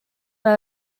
are